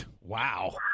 Wow